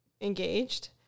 engaged